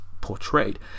portrayed